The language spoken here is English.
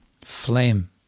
flame